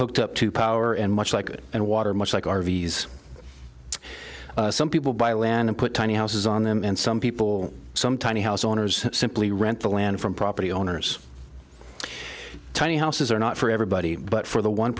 hooked up to power and much like it and water much like r v s some people buy land and put tiny houses on them and some people some tiny house owners simply rent the land from property owners tiny houses are not for everybody but for the one